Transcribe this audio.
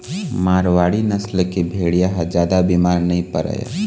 मारवाड़ी नसल के भेड़िया ह जादा बिमार नइ परय